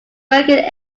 working